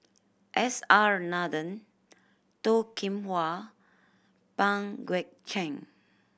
S R Nathan Toh Kim Hwa Pang Guek Cheng